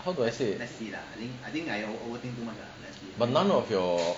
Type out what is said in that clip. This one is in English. how do I say but none of your